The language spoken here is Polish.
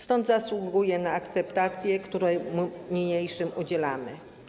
Stąd zasługuje na akceptację, której mu niniejszym udzielamy.